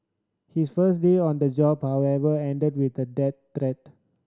his first day on the job however ended with a death threat